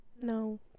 No